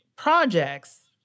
projects